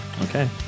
Okay